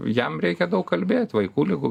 jam reikia daug kalbėt vaikų ligų